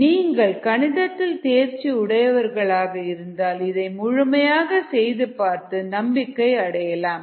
நீங்கள் கணிதத்தில் தேர்ச்சி உடையவர்களாக இருந்தால் இதை முழுமையாக செய்து பார்த்து நம்பிக்கை அடையலாம்